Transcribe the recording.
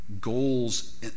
goals